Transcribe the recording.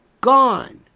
gone